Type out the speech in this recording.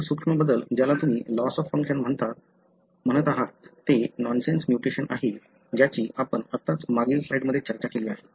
इतर सूक्ष्म बदल ज्याला तुम्ही लॉस ऑफ फंक्शन म्हणत आहात ते नॉनसेन्स म्युटेशन आहे ज्याची आपण आत्ताच मागील स्लाइडमध्ये चर्चा केली आहे